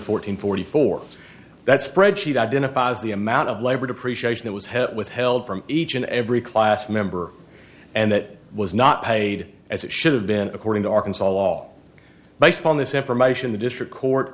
fourteen forty four that spreadsheet identifies the amount of labor depreciation that was hit with held from each and every class member and that was not paid as it should have been according to arkansas law based on this information the district court